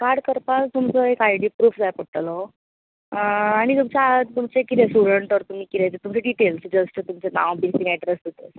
card करपाक तुमचो एक आयडी प्रुफ जाय पडटलो आनी तुमचे कितें स्टुडंट तर तुमी कितें ते तुमचे डिटेल जस्ट तुमचे नांव बीन कितें एड्रेस तुमचो